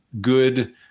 good